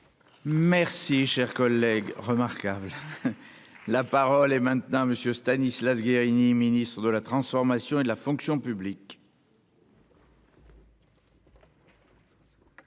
Merci cher collègue remarquables. La parole est maintenant monsieur Stanislas Guerini Ministre de la Transformation et de la fonction publique.